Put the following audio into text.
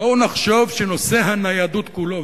בואו נחשוב שנושא הניידות כולו,